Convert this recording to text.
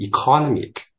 economic